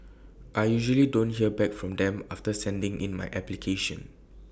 I usually don't hear back from them after sending in my application